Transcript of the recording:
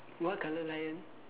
what colour lion